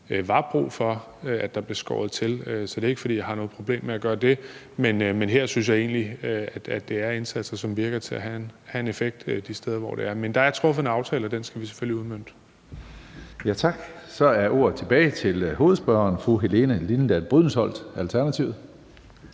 var brug for, at der blev skåret til. Så det er ikke, fordi jeg har noget problem med at gøre det. Men her synes jeg egentlig, at det er indsatser, som virker til at have en effekt de steder, hvor de er. Men der er truffet en aftale, og den skal vi selvfølgelig udmønte. Kl. 14:34 Tredje næstformand (Karsten Hønge): Tak. Så er ordet tilbage ved hovedspørgeren, fru Helene Liliendahl Brydensholt, Alternativet.